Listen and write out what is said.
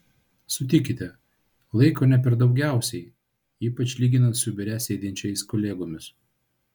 sutikite laiko ne per daugiausiai ypač lyginant su biure sėdinčiais kolegomis